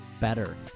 better